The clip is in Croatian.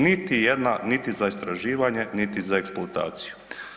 Niti jedna niti za istraživanje niti za eksploataciju.